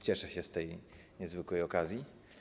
Cieszę się z tej niezwykłej okazji.